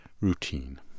Routine